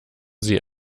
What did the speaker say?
sie